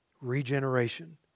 Regeneration